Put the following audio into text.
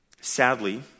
sadly